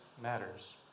matters